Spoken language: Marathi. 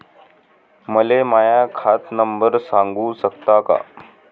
मले माह्या खात नंबर सांगु सकता का?